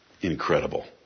Incredible